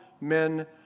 men